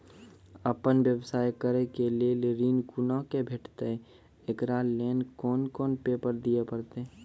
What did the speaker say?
आपन व्यवसाय करै के लेल ऋण कुना के भेंटते एकरा लेल कौन कौन पेपर दिए परतै?